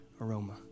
aroma